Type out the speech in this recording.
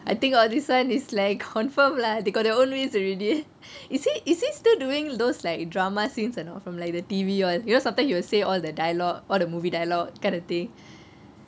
I think all this one is like confirm lah they got their own ways already is he is he still doing those like drama scenes or not from like the T_V one you know sometimes he will say all the dialogue all the movie dialogue kind of thing